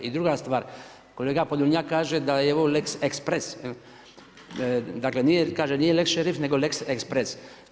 I druga stvar, kolega Podolnjak kaže da je ovo lex express, dakle nije, kaže nije lex šerif nego lex express.